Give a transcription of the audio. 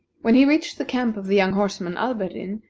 when he reached the camp of the young horseman, alberdin,